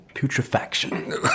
putrefaction